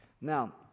Now